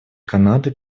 канады